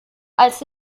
als